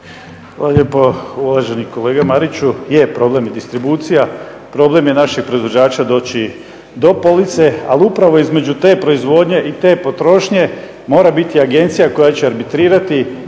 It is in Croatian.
Hvala lijepo. Uvaženi kolega Mariću, je problem je distribucija, problem je naših proizvođača doći do police ali upravo između te proizvodnje i te potrošnje mora biti agencija koja će arbitrirati i pomoći